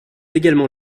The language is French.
également